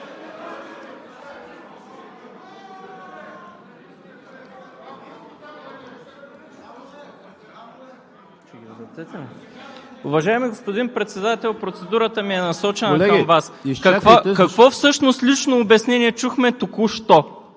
Уважаеми господин Председател, процедурата ми е насочена към Вас. Какво всъщност лично обяснение чухме току-що?